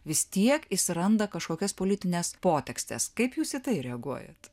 vis tiek jis randa kažkokias politines potekstes kaip jūs į tai reaguojat